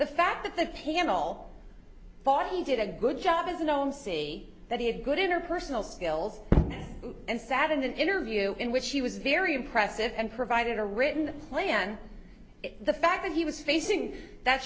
the fact that the panel thought he did a good job is a don't see that he had good interpersonal skills and sat in an interview in which he was very impressive and provided a written plan the fact that he was facing that